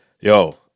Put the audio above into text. Yo